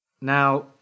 now